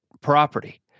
property